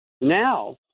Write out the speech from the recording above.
now